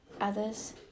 others